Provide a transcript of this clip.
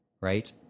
right